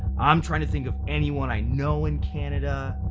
i'm trying to think of anyone i know in canada!